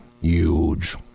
huge